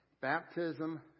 Baptism